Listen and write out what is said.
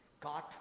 God